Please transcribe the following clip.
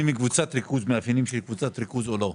כוונתי מתי התחלתם לבדוק אם יש מאפיינים של קבוצת ריכוז או לא.